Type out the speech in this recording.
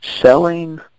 selling